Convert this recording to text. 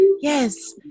Yes